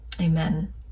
Amen